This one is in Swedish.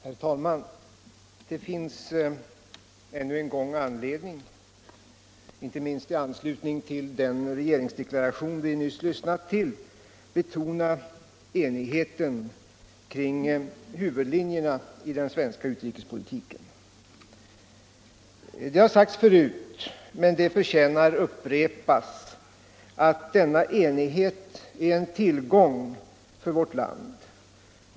Herr talman! Det finns ännu en gång anledning - inte minst i anslutning till den regeringsdeklaration som vi nyss har lyssnat till — att betona enigheten kring huvudlinjerna i den svenska utrikespolitiken. Det har sagts förut, men det förtjänar upprepas, att denna enighet är en tillgång för vårt land.